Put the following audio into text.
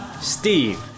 Steve